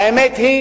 האמת היא